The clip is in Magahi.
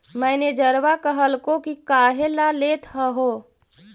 मैनेजरवा कहलको कि काहेला लेथ हहो?